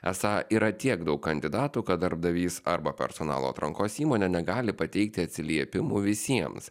esą yra tiek daug kandidatų kad darbdavys arba personalo atrankos įmonė negali pateikti atsiliepimų visiems